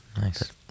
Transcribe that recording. Nice